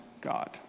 God